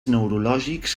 neurològics